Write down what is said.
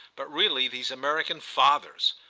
but really these american fathers!